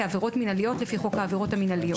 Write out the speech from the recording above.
כעבירות מינהליות לפי חוק העבירות המינהליות.